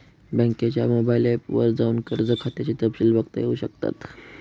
बँकेच्या mobile app वर जाऊन कर्ज खात्याचे तपशिल बघता येऊ शकतात